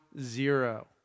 zero